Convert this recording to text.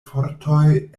fortoj